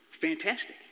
Fantastic